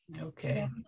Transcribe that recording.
Okay